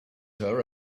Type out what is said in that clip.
her